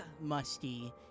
musty